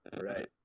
Right